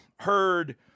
heard